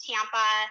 Tampa